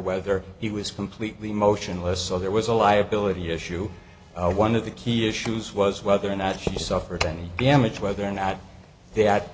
whether he was completely motionless so there was a liability issue one of the key issues was whether or not she suffered any damage whether or not they had